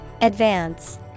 Advance